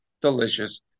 delicious